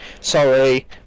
Sorry